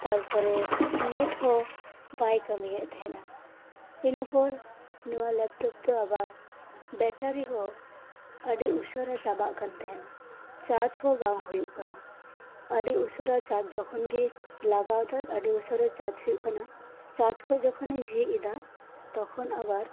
ᱛᱟᱨᱯᱚᱨᱮ ᱱᱮᱴ ᱦᱚᱸ ᱵᱟᱭ ᱠᱟᱹᱢᱤᱭᱮᱫ ᱛᱟᱦᱮᱱᱟ ᱤᱱᱟᱹᱯᱚᱨ ᱱᱚᱣᱟ ᱞᱮᱯᱴᱚᱯ ᱵᱮᱴᱟᱨᱤᱦᱚᱸ ᱟᱹᱰᱤ ᱩᱥᱟᱹᱨᱟ ᱪᱟᱡ ᱡᱚᱠᱷᱚᱱᱜᱤ ᱞᱟᱜᱟᱣᱫᱟᱹ ᱠᱟᱸᱪ ᱛᱚᱠᱷᱚᱱ ᱟᱵᱚᱨ